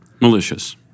Malicious